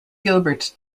gilbert